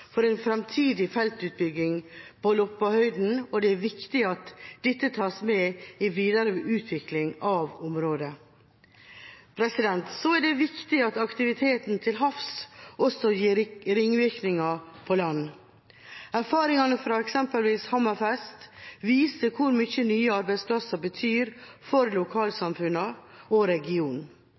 for en framtidig feltutbygging på Loppahøyden, og det er viktig at dette tas med i videre utvikling av området. Så er det viktig at aktiviteten til havs også gir ringvirkninger på land. Erfaringene fra eksempelvis Hammerfest viser hvor mye nye arbeidsplasser betyr for lokalsamfunnene og regionen.